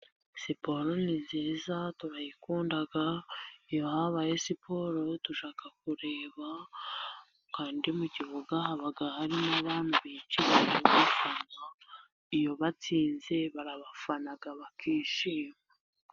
Siporo ni nziza turayikunda, iyo habaye siporo tujya kureba, kandi mu kibuga haba hari n'abicaye bari gufana, iyo batsinze barabafana bakishima.